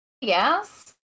Yes